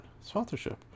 sponsorship